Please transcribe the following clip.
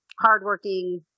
hardworking